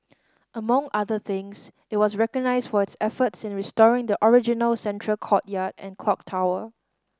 among other things it was recognised for its efforts in restoring the original central courtyard and clock tower